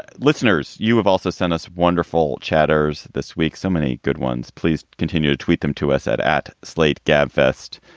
listeners. you have also sent us wonderful chatter's this week. so many good ones. please continue to tweet them to us at at slate gabfest.